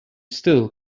still